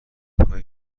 میخای